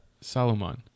Salomon